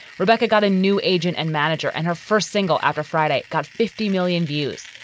rebecca got a new agent and manager and her first single after friday got fifty million views.